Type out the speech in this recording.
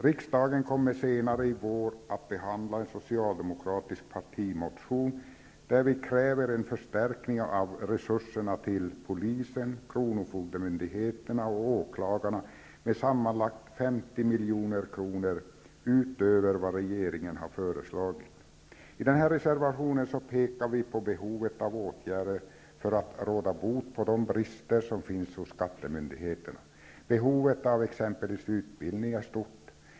Riksdagen kommer senare i vår att behandla en socialdemokratisk partimotion, där vi kräver en förstärkning av resurserna till polisen, kronofogdemyndigheterna och åklagarna med sammanlagt 50 milj.kr. utöver vad regeringen har föreslagit. I den här reservationen pekar vi på behovet av åtgärder för att råda bot på de brister som finns hos skattemyndigheterna. Behovet av exempelvis utbildning är stort.